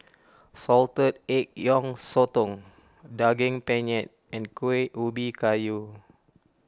Salted Egg Yolk Sotong Daging Penyet and Kueh Ubi Kayu